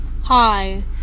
Hi